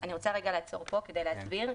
אני רוצה לעצור פה כדי להסביר,